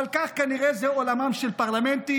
אבל כך כנראה זה עולמם של פרלמנטים.